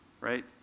right